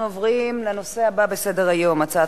אנחנו עוברים לנושא הבא בסדר-היום: הצעת